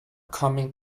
coming